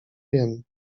wiem